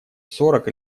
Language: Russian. сорок